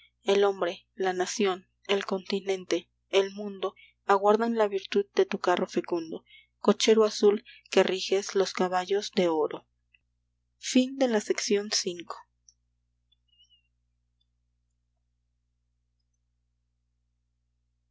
el hombre la nación el continente el mundo aguardan la virtud de tu carro fecundo cochero azul que riges los caballos de oro xiii